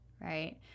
right